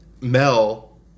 Mel